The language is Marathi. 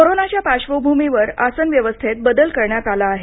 कोरोनाच्या पार्श्वभूमीवर आसन व्यवस्थेत बदल करण्यात आला आहे